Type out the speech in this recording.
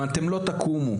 אם אתן לא תקומו,